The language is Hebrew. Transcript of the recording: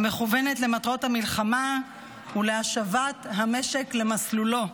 המכוונת למטרות המלחמה ולהשבת המשק למסלולו.